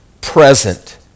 present